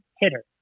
hitter